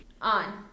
On